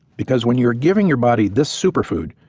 because when you're giving your body this super food,